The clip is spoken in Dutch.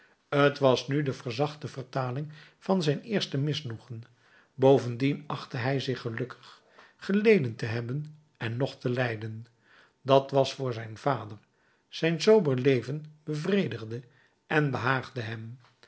t was nu de verzachte vertaling van zijn eerste misnoegen bovendien achtte hij zich gelukkig geleden te hebben en nog te lijden dat was voor zijn vader zijn sober leven bevredigde en behaagde hem